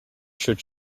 should